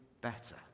better